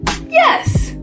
Yes